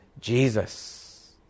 Jesus